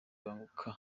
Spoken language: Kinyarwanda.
banguka